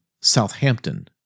Southampton